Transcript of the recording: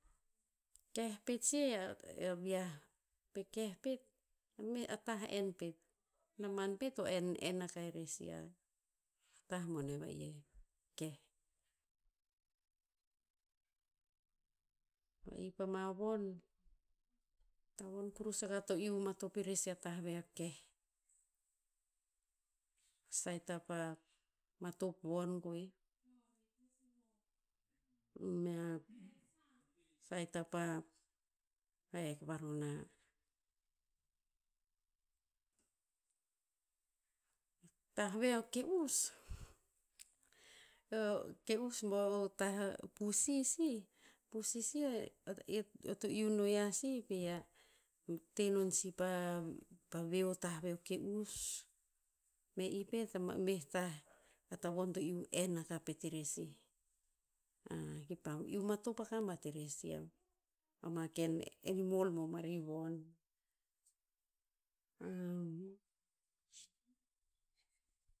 Keh pet si a viah. Pe keh pet, a meh, a tah en pet. Naban pet to en en akah erer si a, tah boneh va'ih e keh. Va'ih pama von, tavon kurus akah to iu matop irer sih a tah vea keh. Saet a pa matop von koeh, mea saet apa, a hek varona. Tah vea ke'us ke'us boh o tah a pusi sih, pusi sih eo to iu no yiah sih pe ia, te non si pa ka veo o tah ve o ke'us, me i pet, ama, meh tah a tavon to en akah pet erer sih. A kipa iu matop akah bat erer sih a, ama ken animal bomari von.